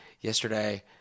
Yesterday